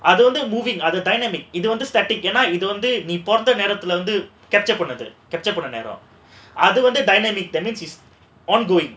I don't think moving other dynamic இது வந்து:idhu vandhu captured பண்ண நேரம்:panna neram dynamic that means is ongoing